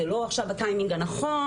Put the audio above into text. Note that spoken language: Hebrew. זה לא הטיימינג הנכון.